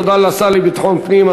תודה לשר לביטחון פנים,